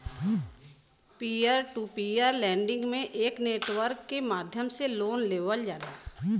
peer to peer lending में एक network के माध्यम से लोन लेवल जाला